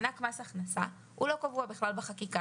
מענק מס הכנסה לא קבוע בכלל בחקיקה,